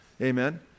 Amen